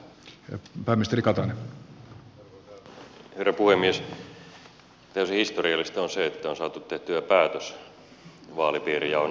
täysin historiallista on se että on saatu tehtyä päätös vaalipiirijaon muuttamisesta